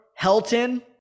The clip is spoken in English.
Helton